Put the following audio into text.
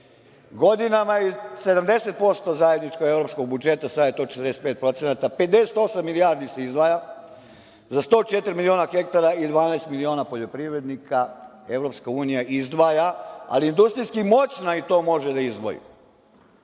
je 70% zajedničkog evropskog budžeta, sada je to 45%, 58 milijardi se izdvaja za 104 miliona hektara i 12 miliona poljoprivrednika EU izdvaja, ali je industrijski moćna i to može da izdvoji.